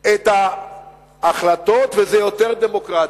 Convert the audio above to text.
את ההחלטות, וזה יותר דמוקרטי.